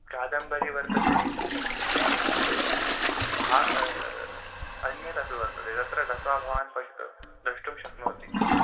कादम्बरी वर्तते हा अन्यतपि वर्तते तत्र गत्वा भवान् पश्य् द्रष्टुं शक्नोति